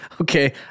Okay